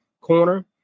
corner